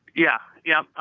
yeah. yep,